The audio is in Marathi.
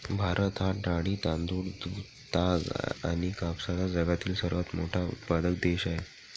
भारत हा डाळी, तांदूळ, दूध, ताग आणि कापसाचा जगातील सर्वात मोठा उत्पादक देश आहे